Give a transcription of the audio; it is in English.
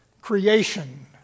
creation